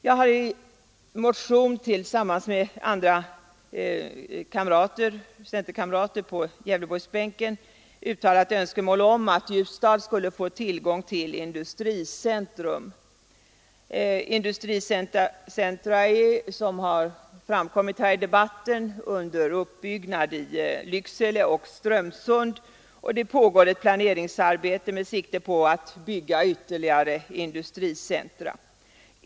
Jag har i en motion, som jag väckt tillsammans med centerkamrater på Gävleborgsbänken, uttalat önskemål om att Ljusdal skulle få tillgång till ett industricentrum. Industricentra är, som framkommit här i debatten, under uppbyggnad i Lycksele och Strömsund. Och det pågår ett planeringsarbete med sikte på att bygga ytterligare industricentra.